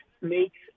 makes